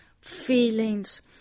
feelings